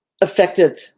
affected